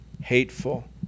hateful